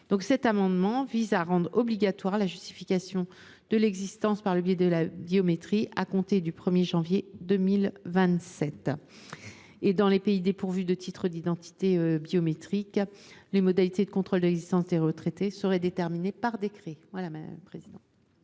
Cet amendement vise à rendre obligatoire la justification de l’existence par le biais de la biométrie à compter du 1 janvier 2027. Dans les pays dépourvus de titres d’identité biométriques, les modalités de contrôle de l’existence des retraités seraient déterminées par décret.